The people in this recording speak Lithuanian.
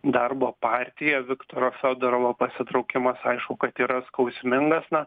darbo partija viktoro fiodorovo pasitraukimas aišku kad yra skausmingas na